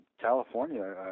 California